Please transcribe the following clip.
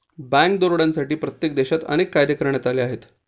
bank दरोड्यांसाठी प्रत्येक देशात अनेक कायदे करण्यात आले आहेत